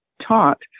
taught